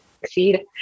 succeed